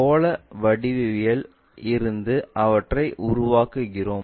கோள வடிவவியலில் இருந்து அவற்றை உருவாக்குகிறோம்